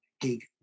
gig